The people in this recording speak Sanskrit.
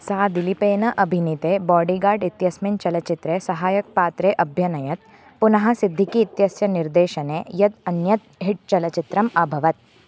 सा दिलिपेन अभिनिते बोडि गार्ड् इत्यस्मिन् चलच्चित्रे सहायकपात्रे अभ्यनयत् पुनः सिद्धिकी इत्यस्य निर्देशने यत् अन्यत् हिट् चलच्चित्रम् अभवत्